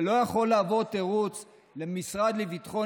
זה לא יכול להיות תירוץ למשרד לביטחון